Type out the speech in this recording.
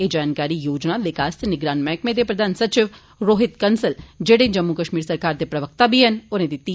एह् जानकारी योजना विकास ते निगरान मैहकमे दे प्रधन सचिव रोहित कंसल जेड़े जमू कश्मीर सरकार दे प्रवक्ता बी हैन होरें दित्ती